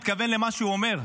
מתכוון למה שהוא אומר,